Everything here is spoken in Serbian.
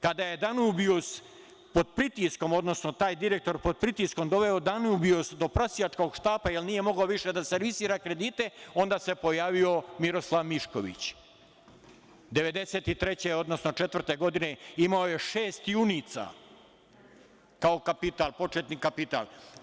Kada je „Danubijus“, odnosno taj direktor pod pritiskom doveo „Danubijus“ do prosjačkog štapa jer nije mogao više da servisira kredite, onda se pojavio Miroslav Mišković 1993, odnosno 1994. godine, imao je šest junica kao početni kapital.